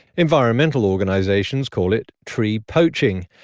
environmental organisations call it tree poaching.